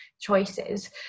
choices